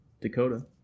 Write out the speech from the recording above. Dakota